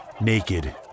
naked